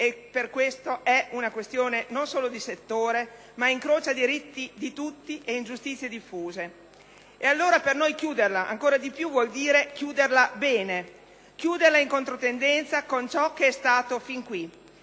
non è solo una questione di settore, ma incrocia diritti di tutti e ingiustizie diffuse. Allora, per noi, chiuderla, ancora di più, vuol dire chiuderla bene e in controtendenza rispetto a ciò che è stato fin qui.